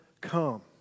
come